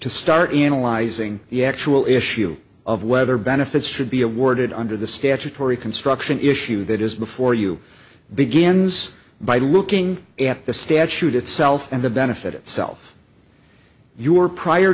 to start analyzing the actual issue of whether benefits should be awarded under the statutory construction issue that is before you begins by looking at the statute itself and the benefit itself your prior